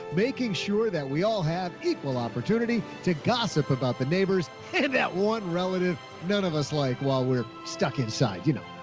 making sure that we all have equal opportunity to gossip about the neighbors and that one relative, none of us like while we're stuck inside, you know,